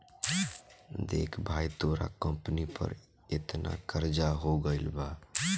देख भाई तोरा कंपनी पर एतना कर्जा हो गइल बा